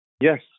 Yes